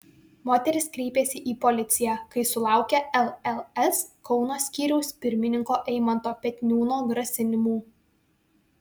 moteris kreipėsi į policiją kai sulaukė lls kauno skyriaus pirmininko eimanto petniūno grasinimų